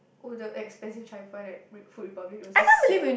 oh the expensive Cai-Fan at re~ Food Republic it was just sad